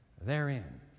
therein